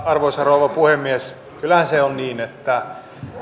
arvoisa rouva puhemies kyllähän se on niin että